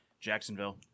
Jacksonville